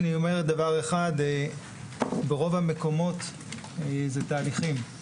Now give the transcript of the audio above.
אני מבקש לומר דבר אחד: ברוב המקומות זה תהליכים.